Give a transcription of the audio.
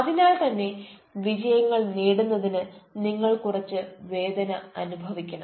അതിനാൽ തന്നെ വിജയങ്ങൾ നേടുന്നതിന് നിങ്ങൾ കുറച്ച് വേദന അനുഭവിക്കണം